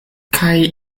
kaj